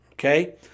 Okay